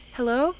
Hello